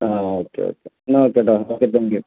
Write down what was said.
ആ okay okay എന്നാ okay കേട്ടോ ഓക്കെ താങ്ക്യൂ